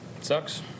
Sucks